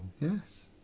Yes